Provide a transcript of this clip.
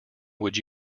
would